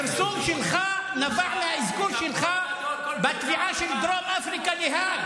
הפרסום שלך נבע מהאזכור שלך בתביעה של דרום אפריקה בהאג.